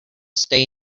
stay